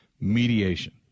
mediation